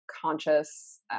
conscious